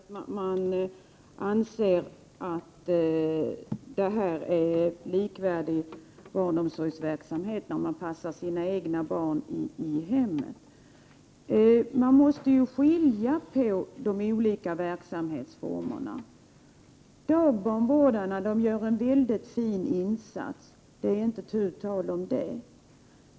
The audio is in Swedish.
Herr talman! Jag är mycket förvånad över Stockholms kammarrätts beslut, att man anser att det är en likvärdig barnomsorgsverksamhet när man passar sina egna barn i hemmet. Man måste skilja på de olika verksamhetsformerna. Dagbarnvårdarna gör en mycket fin insats, inte tu tal om det.